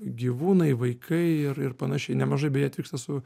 gyvūnai vaikai ir ir panašiai nemažai beje atvyksta su